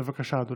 בבקשה,